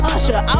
Usher